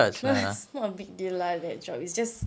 no it's not a big deal lah that job it's just